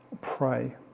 pray